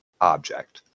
object